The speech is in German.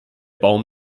baum